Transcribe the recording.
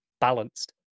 balanced